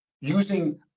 using